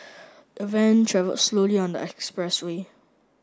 the van travelled slowly on the expressway